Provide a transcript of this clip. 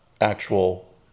actual